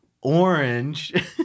orange